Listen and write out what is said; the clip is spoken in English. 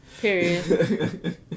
Period